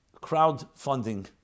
crowdfunding